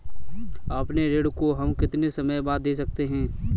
अपने ऋण को हम कितने समय बाद दे सकते हैं?